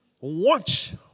Watch